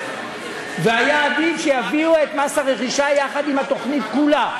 והיה עדיף שיביאו את מס הרכישה יחד עם התוכנית כולה.